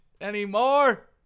anymore